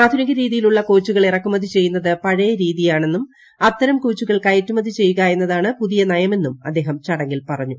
ആധുനിക രീതിയിലുള്ള കോച്ചുകൾ ഇറക്കുമതി ചെയ്യുന്നത് പഴയ രീതിയാണെന്നും അത്തരം കോച്ചുകൾ എന്നതാണ് പുതിയ നയമെന്നും അദ്ദേഹം ചടങ്ങിൽ പറഞ്ഞു